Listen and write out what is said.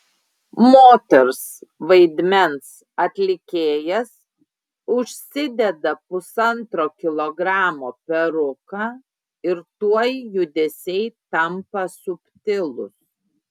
moters vaidmens atlikėjas užsideda pusantro kilogramo peruką ir tuoj judesiai tampa subtilūs